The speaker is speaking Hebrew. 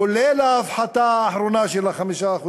כולל ההפחתה האחרונה של 5%,